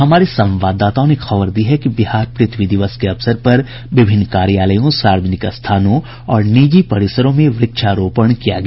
हमारे संवाददाताओं ने खबर दी है कि बिहार पृथ्वी दिवस के अवसर पर विभिन्न कार्यालयों सार्वजनिक स्थानों और निजी परिसरों में वृक्षारोपण किया गया